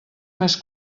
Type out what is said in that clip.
més